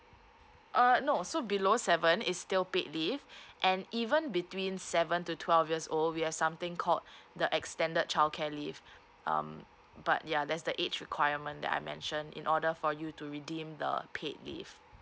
err no so below seven is still paid leave and even between seven to twelve years old we have something called the extended childcare leave um but yeah that's the age requirement that I mention in order for you to redeem the paid leave